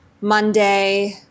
Monday